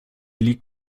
liegt